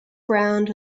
ground